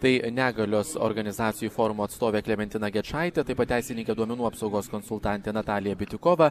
tai negalios organizacijų forumo atstovė klementina gečaitė taip pat teisininkė duomenų apsaugos konsultantė natalija bitiukova